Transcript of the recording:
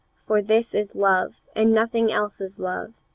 for this is love and nothing else is love,